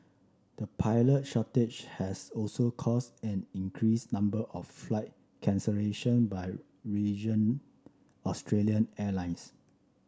the pilot shortage has also caused an increased number of flight cancellation by region Australian airlines